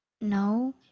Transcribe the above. No